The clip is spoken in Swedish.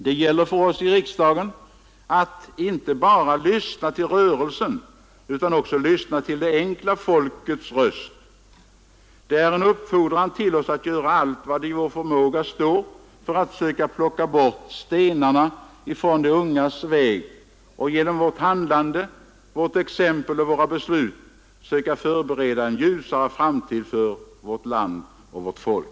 Det gäller för oss i riksdagen att inte allenast lyssna till rörelsen, utan också att lyssna till det enkla folkets röst. Det är en uppfordran till oss att göra allt vad i vår förmåga står för att söka plocka bort stenarna från de ungas väg och genom vårt handlande, vårt exempel och våra beslut söka förbereda en ljusare framtid för vårt land och vårt folk.